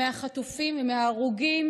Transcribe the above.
החטופים וההרוגים.